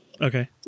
Okay